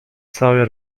całej